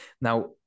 Now